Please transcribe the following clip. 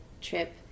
trip